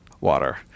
water